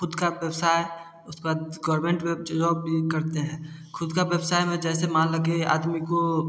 खुद का व्यवसाय उसका गवर्नमेंट वेब जॉब भी करते हैं खुद का व्यवसाय में जैसे मान लो की आदमी को